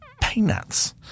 peanuts